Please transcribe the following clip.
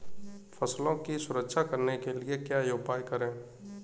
फसलों की सुरक्षा करने के लिए क्या उपाय करें?